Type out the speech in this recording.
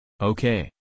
Okay